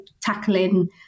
tackling